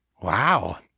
Wow